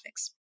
Graphics